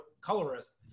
colorist